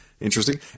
Interesting